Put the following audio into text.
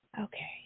Okay